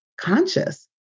conscious